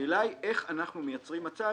השאלה היא איך אנחנו מייצרים מצב